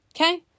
okay